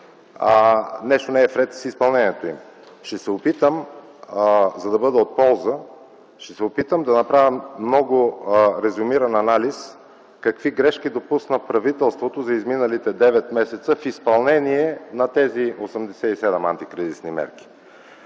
нещо не е в ред с изпълнението им. За да бъда от полза, ще се опитам да направя резюмиран анализ какви грешки допусна правителството за изминалите девет месеца за изпълнение на тези 87 антикризисни мерки.